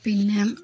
പിന്നെ